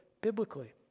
biblically